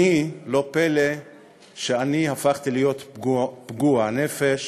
לא פלא שאני הפכתי להיות פגוע נפש